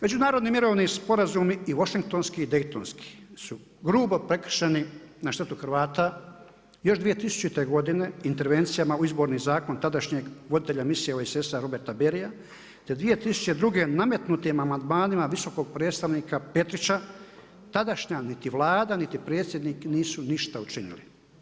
Međunarodni mirovni sporazum i Washingtonski i Daytonski su grubo prekršeni na štetu Hrvata još 2000. godine intervencijama u izborni zakon tadašnjeg voditelja misije OSS-a Roberta Barryja, te 2002. nametnut je amandmanima visokog predstavnika Petrića, tadašnja niti Vlada niti Predsjednik nisu ništa učinili.